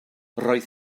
roedd